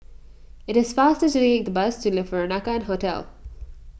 it is faster to take the bus to Le Peranakan Hotel